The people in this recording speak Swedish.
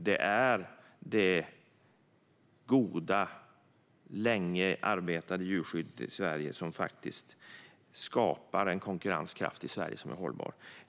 Det är det goda och länge framarbetade djurskyddet i Sverige som skapar en hållbar konkurrenskraft.